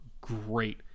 great